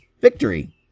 victory